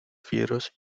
fieros